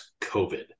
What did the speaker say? COVID